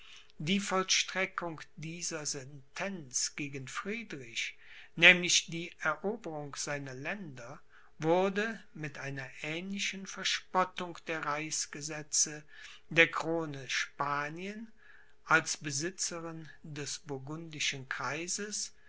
die vollstreckung dieser sentenz gegen friedrich nämlich die eroberung seiner länder wurde mit einer ähnlichen verspottung der reichsgesetze der krone spanien als besitzerin des burgundischen kreises